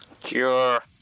Cure